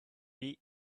eat